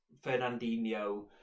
Fernandinho